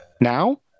Now